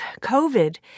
COVID